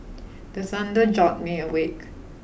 the thunder jolt me awake